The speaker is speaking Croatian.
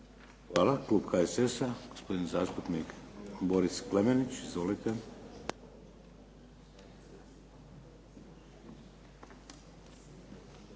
Hvala. Klub HSS-a, gospodin zastupnik Boris Klemenić. Izvolite.